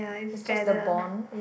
it's just the bond